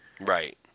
Right